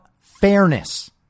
fairness